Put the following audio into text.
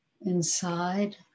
inside